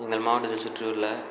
எங்கள் மாவட்டத்தை சுற்றியுள்ள